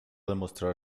demostrar